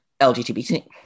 LGBT